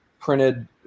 printed